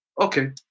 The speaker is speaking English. okay